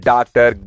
Doctor